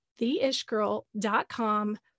theishgirl.com